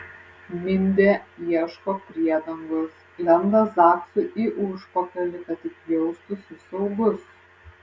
mindė ieško priedangos lenda zaksui į užpakalį kad tik jaustųsi saugus